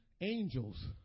Angels